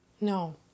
No